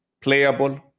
playable